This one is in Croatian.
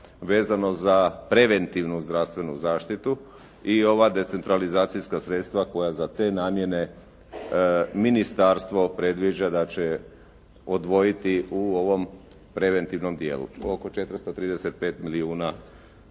vezano za preventivnu zdravstvenu zaštitu i ova decentralizacijska sredstva koja za te namjene ministarstvo predviđa da će odvojiti u ovom preventivnom dijelu, o oko 435 milijuna